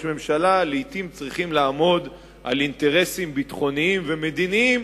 ממשלה לעתים צריכים לעמוד על אינטרסים ביטחוניים ומדיניים,